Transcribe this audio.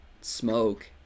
Smoke